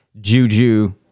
juju